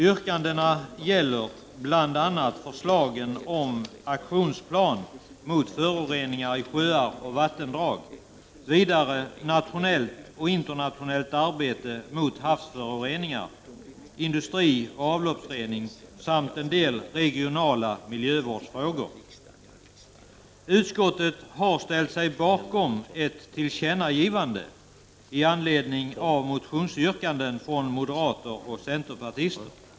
Yrkandena gäller bl.a. förslag om aktionsplan mot föroreningar i sjöar och vattendrag, vidare nationellt och internationellt arbete mot havsföroreningar, industrioch avloppsrening samt en del regionala miljövårdsfrågor. Utskottet har ställt sig bakom ett tillkännagivande i anledning av motionsyrkanden från moderater och centerpartister.